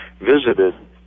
visited